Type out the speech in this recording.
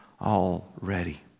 already